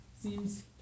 Seems